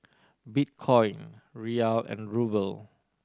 Bitcoin Riyal and Ruble